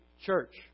church